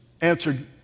answered